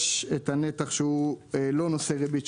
יש את הנתח שהוא לא נושא ריבית,